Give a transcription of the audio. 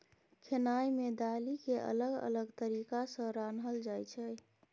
खेनाइ मे दालि केँ अलग अलग तरीका सँ रान्हल जाइ छै